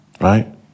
right